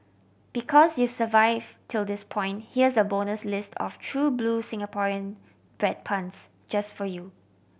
because you've survived till this point here's a bonus list of true blue Singaporean bread puns just for you